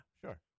sure